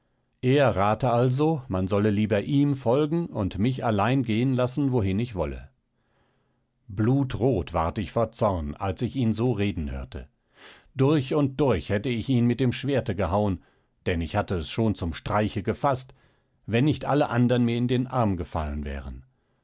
er rate also man solle lieber ihm folgen und mich allein gehen lassen wohin ich wolle blutrot ward ich vor zorn als ich ihn so reden hörte durch und durch hätte ich ihn mit dem schwerte gehauen denn ich hatte es schon zum streiche gefaßt wenn nicht alle andern mir in den arm gefallen wären